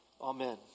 Amen